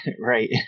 Right